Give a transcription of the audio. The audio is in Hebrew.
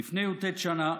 "לפני י"ט שנה,